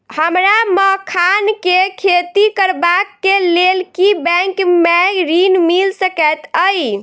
हमरा मखान केँ खेती करबाक केँ लेल की बैंक मै ऋण मिल सकैत अई?